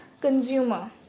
consumer